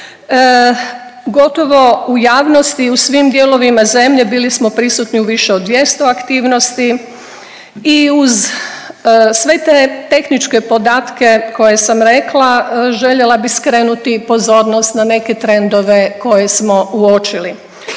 Gotovo u javnosti i u svim dijelovima zemlje bili smo prisutni u više od 200 aktivnosti i uz sve te tehničke podatke koje sam rekla, željela bi skrenuti pozornost na neke trendove koje smo uočili,